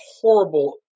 horrible